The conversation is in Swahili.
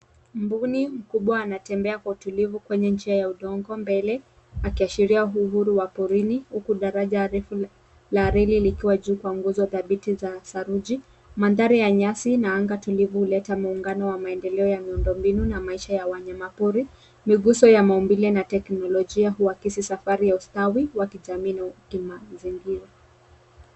Mbuni mkubwa anatembea kwa utulivu kwenye njia ya udongo mbele akiashiria uhuru wa porini huku daraja refu la reli likiwa juu kwa nguzo dhabiti za saruji. Mandhari ya nyasi na anga tulivu huleta muungano wa maendeleo ya miundo mbinu na maisha ya wanyama pori. Miguso ya maumbile na teknolojia huakisi safari ya ustawi wakidhamini mazingira.